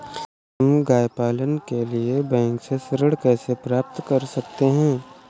हम गाय पालने के लिए बैंक से ऋण कैसे प्राप्त कर सकते हैं?